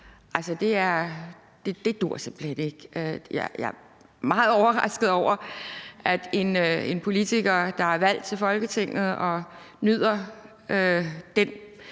det duer simpelt hen ikke. Jeg er meget overrasket over, at en politiker, der er valgt til Folketinget og nyder den